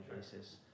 basis